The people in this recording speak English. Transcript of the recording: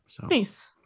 Nice